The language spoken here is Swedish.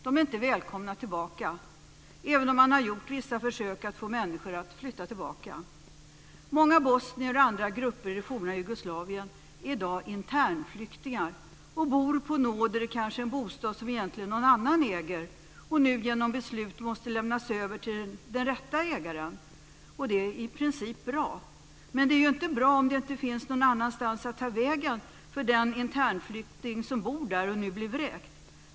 De är inte välkomna tillbaka, även om man har gjort vissa försök att få människor att flytta tillbaka. Många bosnier och andra grupper i det forna Jugoslavien är i dag internflyktingar och bor på nåder i en bostad som egentligen någon annan äger och genom beslut måste den nu lämnas över till den rätta ägaren. Det är i princip bra. Men det är inte bra om det inte finns någon annanstans att ta vägen för den internflykting som bor där och nu blir vräkt.